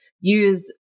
use